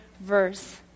verse